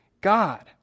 God